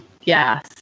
Yes